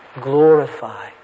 glorify